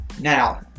Now